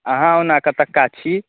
अहाँ ओना कतुक्का छी